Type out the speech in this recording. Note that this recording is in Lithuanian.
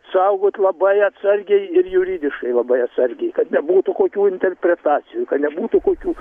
saugot labai atsargiai ir juridiškai labai atsargiai kad nebūtų kokių interpretacijų kad nebūtų kokių